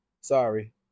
Sorry